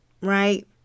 right